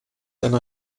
einer